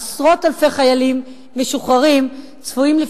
עשרות אלפי חיילים משוחררים צפויים,